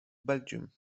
belgium